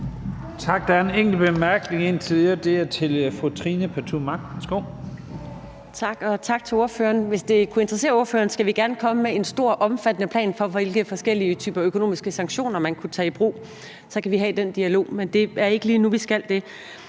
fra fru Trine Pertou Mach. Værsgo. Kl. 18:23 Trine Pertou Mach (EL): Tak. Og tak til ordføreren. Hvis det kunne interessere ordføreren, skal vi gerne komme med en stor, omfattende plan for, hvilke forskellige typer økonomiske sanktioner man kunne tage i brug. Så kan vi have den dialog, men det er ikke lige nu, vi skal det.